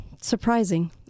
surprising